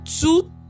two